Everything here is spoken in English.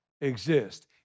exist